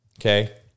Okay